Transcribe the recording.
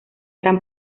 eran